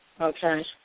Okay